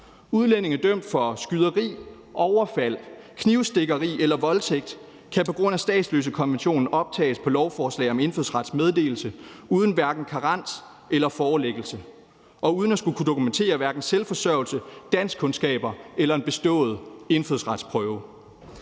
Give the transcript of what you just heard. Udlændinge dømt for skyderi, overfald, knivstikkeri eller voldtægt kan på grund af statsløsekonventionen optages på lovforslag om indfødsrets meddelelse uden hverken karens eller forelæggelse og uden at skulle kunne dokumentere hverken selvforsørgelse, danskkundskaber eller en bestået indfødsretsprøve.